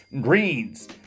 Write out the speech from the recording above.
Greens